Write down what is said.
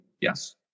Yes